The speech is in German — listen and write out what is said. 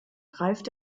greift